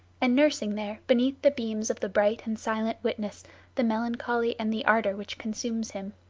and nursing there beneath the beams of the bright and silent witness the melancholy and the ardor which consumes him.